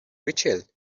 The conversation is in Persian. ریچل